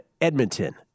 Edmonton